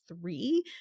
three